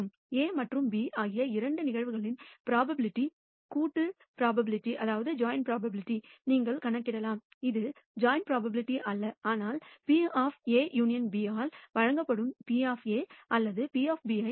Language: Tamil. A மற்றும் B ஆகிய இரண்டு நிகழ்வுகளின் ப்ரோபபிலிட்டி கூட்டு ப்ரோபபிலிட்டிகளையும் நீங்கள் கணக்கிடலாம் இது கூட்டு ப்ரோபபிலிட்டி அல்ல ஆனால் P A∪B ஆல் வழங்கப்படும் P அல்லது P ஐ P P